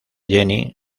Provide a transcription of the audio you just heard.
jenny